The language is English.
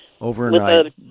overnight